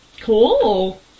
Cool